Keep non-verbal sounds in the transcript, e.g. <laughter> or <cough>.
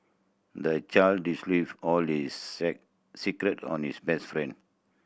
the child <unintelligible> all <unintelligible> secret on his best friend